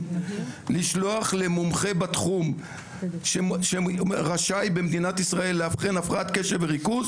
- לשלוח למומחה בתחום שרשאי במדינת ישראל לאבחן הפרעת קשב וריכוז,